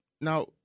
Now